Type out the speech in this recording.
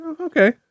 Okay